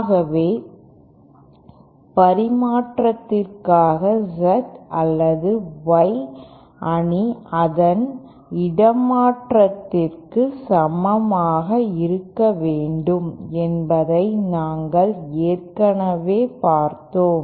ஆகவே பரிமாற்றத்திற்காக Z அல்லது Y அணி அதன் இடமாற்றத்திற்கு சமமாக இருக்க வேண்டும் என்பதை நாங்கள் ஏற்கனவே பார்த்தோம்